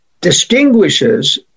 distinguishes